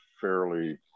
fairly